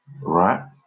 Right